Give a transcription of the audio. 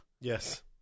Yes